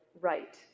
right